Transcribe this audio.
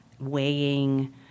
weighing